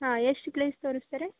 ಹಾಂ ಎಷ್ಟು ಪ್ಲೇಸ್ ತೋರಿಸ್ತಾರೆ